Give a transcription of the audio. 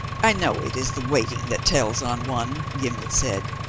i know it is the waiting that tells on one, gimblet said,